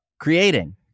creating